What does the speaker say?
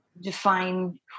define